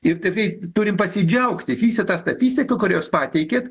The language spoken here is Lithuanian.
ir tikrai turim pasidžiaugti visą tą statistiką kurią jūs pateikėt